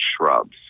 shrubs